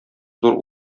зур